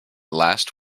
last